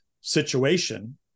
situation